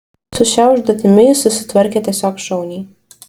su šia užduotimi jis susitvarkė tiesiog šauniai